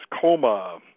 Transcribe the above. coma